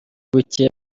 bucye